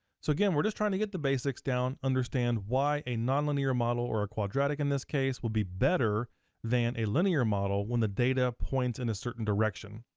so again we're just trying to get the basics down, understand why a nonlinear model, or a quadratic in this case, will be better than a linear model when the data points in a certain direction.